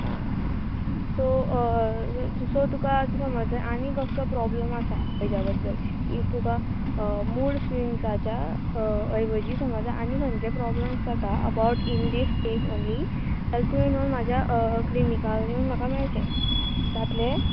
आं सो तूं सो तुका आतां समज तर आनी कसलो प्रॉब्लम आसा हेज्या बद्दल ईफ तुका मूड स्विंग्साच्या ऐवजी समज आनी खंयचे प्रॉब्लम्स जाता about in this case only जाल तुंवेन येवन म्हाज्या क्लिनिकान येवन म्हाका मेळचें जातलें